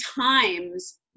times